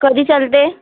कधी चलते